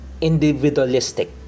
Individualistic